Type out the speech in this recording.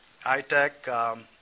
iTech